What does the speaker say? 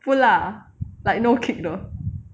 不辣 like no kick 的